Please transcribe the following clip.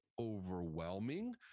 overwhelming